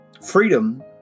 Freedom